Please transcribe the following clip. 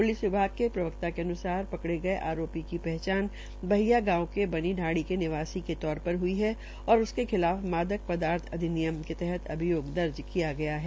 police विभाग ने प्रवक्ता के अनुसार पकड़े गये आरोपी की पहचान बहिया गांव के बबी ाणी के निवासी के तौर पर हई और उसके खिलाफ मादक पदार्थ अधिनिनयम के तहत अभियोग दर्जकिया गया है